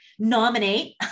nominate